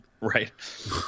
Right